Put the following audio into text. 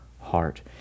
heart